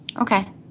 Okay